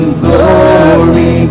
glory